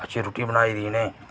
अच्छी रुट्टी बनाई दी इनें